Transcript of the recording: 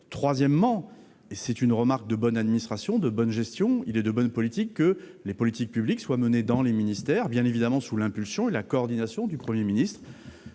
Troisièmement, et c'est une remarque de bonne administration, de bonne gestion, il est de bonne politique que les politiques publiques soient menées dans les ministères sous l'impulsion et la coordination du Premier ministre